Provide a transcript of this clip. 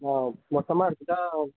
ஆ மொத்தமாக எடுத்துகிட்டா